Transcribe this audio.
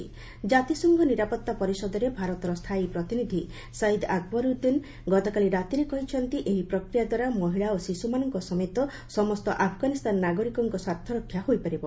କ୍ରାତିସଂଘ ନିରାପତ୍ତା ପରିଷଦରେ ଭାରତର ସ୍ଥାୟୀ ପ୍ରତିନିଧି ସଇଦ୍ ଆକବରୁଦ୍ଦିନ ଗତକାଲି ରାତିରେ କହିଛନ୍ତି ଯେ ଏହି ପ୍ରକ୍ରିୟା ଦ୍ୱାରା ମହିଳା ଓ ଶିଶ୍ରମାନଙ୍କ ସମେତ ସମସ୍ତ ଆଫଗାନିସ୍ତାନ ନାଗରିକଙ୍କ ସ୍ପାର୍ଥରକ୍ଷା ହୋଇପାରିବ